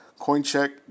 Coincheck